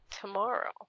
tomorrow